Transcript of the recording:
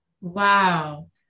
Wow